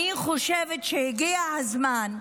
אני חושבת שהגיע הזמן,